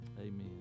amen